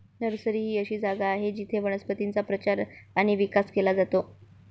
nursery ही अशी जागा आहे जिथे वनस्पतींचा प्रचार आणि विकास केला जातो